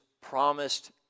promised